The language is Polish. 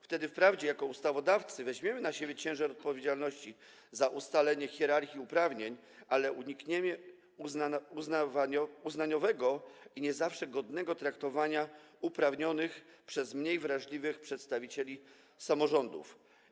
Wtedy wprawdzie jako ustawodawcy weźmiemy na siebie ciężar odpowiedzialności za ustalenie hierarchii uprawnień, ale unikniemy uznaniowego i nie zawsze godnego traktowania uprawnionych przez mniej wrażliwych przedstawicieli samorządów.